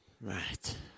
Right